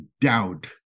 doubt